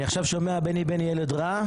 אני עכשיו שומע 'בני בני ילד רע',